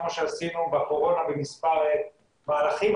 כמו שעשינו בקורונה במספר מהלכים,